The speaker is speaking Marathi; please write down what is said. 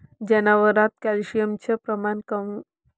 जनावरात कॅल्शियमचं प्रमान कस वाढवता येईन?